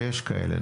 ויש כאלה,